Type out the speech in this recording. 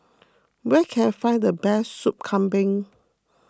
where can I find the best Sup Kambing